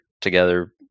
together